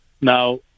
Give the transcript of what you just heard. Now